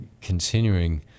continuing